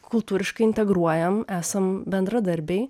kultūriškai integruojam esam bendradarbiai